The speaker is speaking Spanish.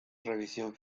revisión